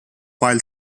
while